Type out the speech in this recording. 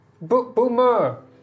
Boomer